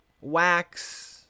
wax